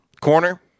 corner